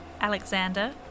Alexander